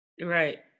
Right